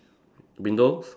windows